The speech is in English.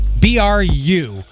B-R-U